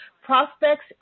prospects